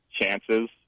chances